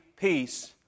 peace